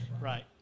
right